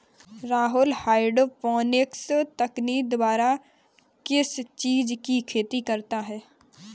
Rahul hydroponics तकनीक द्वारा किस चीज की खेती करता है?